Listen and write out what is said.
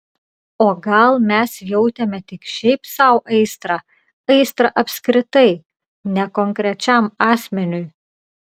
o gal mes jautėme tik šiaip sau aistrą aistrą apskritai ne konkrečiam asmeniui